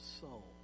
soul